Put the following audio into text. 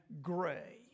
gray